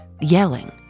yelling